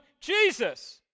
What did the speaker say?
Jesus